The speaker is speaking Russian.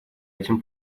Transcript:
этим